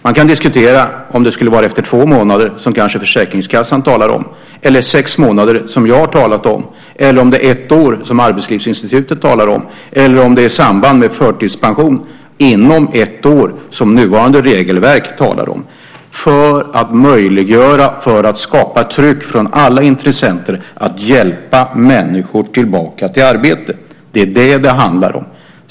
Man kan diskutera om det skulle vara efter två månader, som Försäkringskassan kanske talar om, efter sex månader som jag har talat om eller efter ett år som Arbetslivsinstitutet som talar om. Eller också ska det vara i samband med förtidspension inom ett år, som nuvarande regelverk talar om. Man måste möjliggöra att det skapas ett tryck från alla intressenter att hjälpa människor tillbaka till arbete. Det är det som det handlar om.